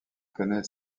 connaît